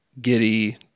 Giddy